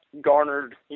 garnered